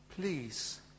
Please